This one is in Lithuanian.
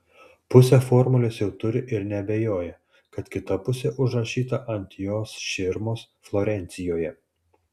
pusę formulės jau turi ir neabejoja kad kita pusė užrašyta ant jos širmos florencijoje